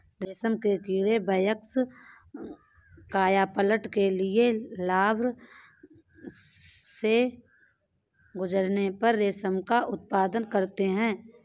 रेशम के कीड़े वयस्क कायापलट के लिए लार्वा से गुजरने पर रेशम का उत्पादन करते हैं